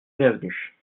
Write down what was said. bienvenu